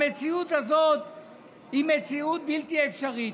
המציאות הזו היא בלתי אפשרית.